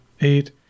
eight